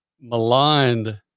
maligned